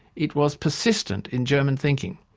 it was persistent in german thinking.